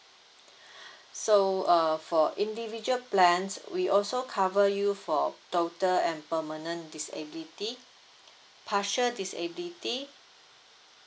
so uh for individual plans we also cover you for total and permanent disability partial disability